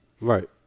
Right